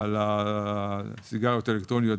על הסיגריות האלקטרוניות.